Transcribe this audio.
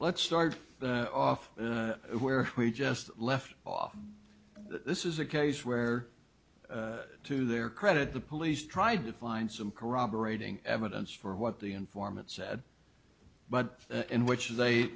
let's start off where we just left off this is a case where to their credit the police tried to find some corroborating evidence for what the informant said but in which they